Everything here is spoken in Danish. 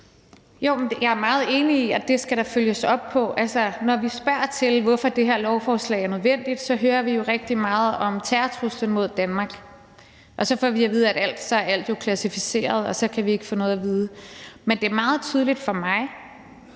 Jeg er meget enig i, at det skal der følges op på. Altså, når vi spørger til, hvorfor det her lovforslag er nødvendigt, så hører vi jo rigtig meget om terrortruslen mod Danmark, og så får vi at vide, at alt jo er klassificeret, og så kan vi ikke få noget at vide. Men det er meget tydeligt for mig,